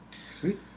Sweet